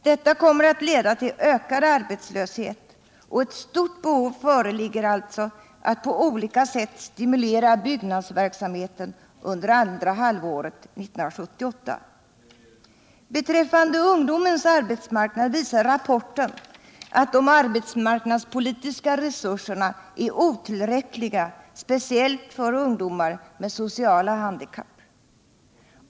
Detta kommer att leda till ökad arbetslöshet, och ett stort behov föreligger alltså att på olika sätt stimulera byggnadsverksamheten under andra halvåret 1978. Beträffande ungdomens arbetsmarknad visar rapporten att de arbetsmarknadspolitiska resurserna är otillräckliga, speciellt för ungdomar med sociala handikapp.